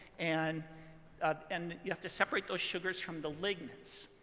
and ah and you have to separate those sugars from the lignins.